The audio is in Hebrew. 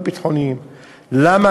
לא ביטחוניים.